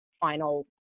final